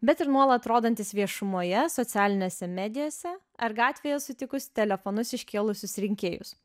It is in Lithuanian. bet ir nuolat rodantis viešumoje socialinėse medijose ar gatvėje sutikus telefonus iškėlusius rinkėjus